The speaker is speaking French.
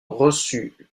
reçut